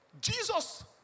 Jesus